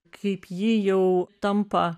kaip ji jau tampa